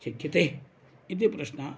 शक्यते इति प्रश्नः